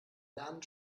lernen